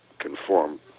conform